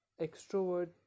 extrovert